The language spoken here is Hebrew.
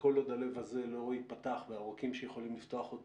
וכל עוד הלב הזה לא יפתח והעורקים שיכולים לפתוח אותו